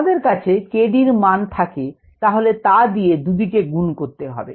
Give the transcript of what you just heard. আমাদের কাছে 𝑘𝑑 র মান থাকে তাহলে তা দিয়ে দুদিকে গুন করতে হবে